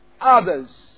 others